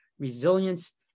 resilience